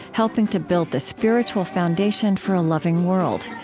helping to build the spiritual foundation for a loving world.